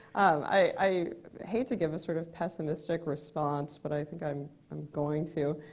i hate to give a sort of pessimistic response, but i think i'm i'm going to,